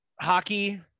hockey